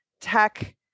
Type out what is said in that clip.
tech